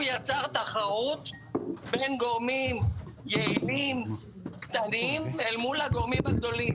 הוא יצר תחרות בין גורמים קטנים אל מול הגורמים הגדולים.